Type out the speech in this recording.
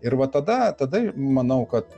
ir va tada tada manau kad